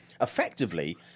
effectively